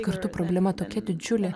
kartu problema tokia didžiulė